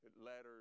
letters